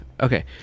Okay